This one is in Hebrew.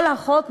כל החוק,